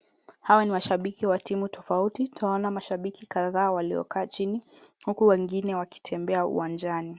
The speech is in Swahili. Hawa ni mashabiki wa timu tofauti. Twaona mashabiki kadhaa waliokaa chini huku wengine wakitembea uwanjani.